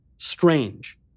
strange